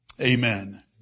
Amen